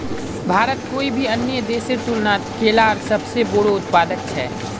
भारत कोई भी अन्य देशेर तुलनात केलार सबसे बोड़ो उत्पादक छे